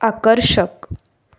आकर्षक